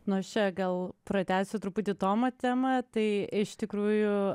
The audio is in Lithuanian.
nu aš čia gal pratęsiu truputį tomo temą tai iš tikrųjų